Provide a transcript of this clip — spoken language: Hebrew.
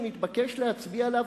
שנתבקש להצביע עליו,